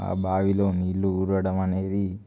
ఆ బావిలో నీళ్లు ఊరడం అనేది